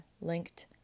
linked